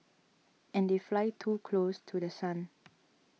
and they fly too close to The Sun